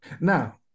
Now